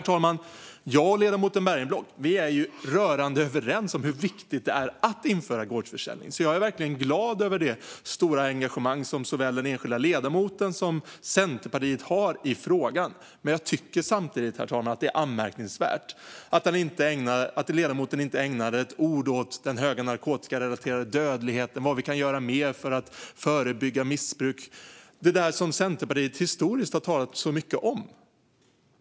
Jag och ledamoten Bergenblock är rörande överens om hur viktigt det är att införa gårdsförsäljning, så jag är verkligen glad över det stora engagemang som såväl den enskilda ledamoten som Centerpartiet har i frågan. Men jag tycker samtidigt att det är anmärkningsvärt att ledamoten inte ägnade ett ord åt den höga narkotikarelaterade dödligheten eller åt vad vi mer kan göra för att förebygga missbruk, som Centerpartiet historiskt har talat så mycket om.